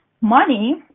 money